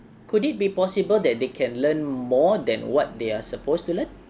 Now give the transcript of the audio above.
could it be possible that they can learn more than what they are supposed to learn